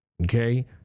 Okay